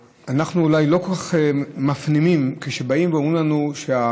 אנחנו אולי לא כל כך מפנימים כשבאים ואומרים לנו שהממשלה,